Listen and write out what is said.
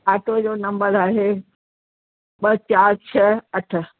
auto जो number आहे ॿ चारि छ्ह अठ